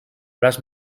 braç